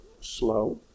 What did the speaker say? slow